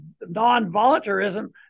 non-voluntarism